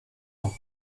ans